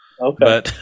Okay